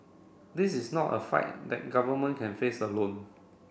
this is not a fight that government can face alone